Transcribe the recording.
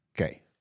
Okay